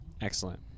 Excellent